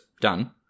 done